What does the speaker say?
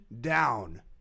down